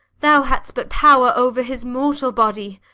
thou hadst but power over his mortal body,